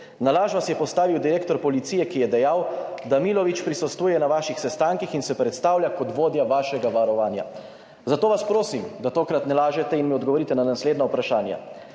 Na laž vas je postavil direktor Policije, ki je dejal, da Milović prisostvuje na vaših sestankih in se predstavlja kot vodja vašega varovanja. Zato vas prosim, da tokrat ne lažete in mi odgovorite na naslednja vprašanja: